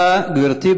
תודה, גברתי.